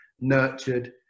nurtured